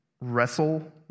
wrestle